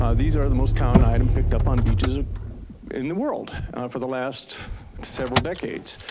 ah these are the most common item picked up on beaches ah in the world for the last several decades.